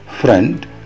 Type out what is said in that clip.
Friend